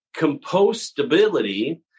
compostability